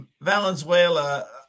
Valenzuela